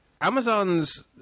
Amazon's